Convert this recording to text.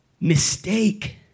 Mistake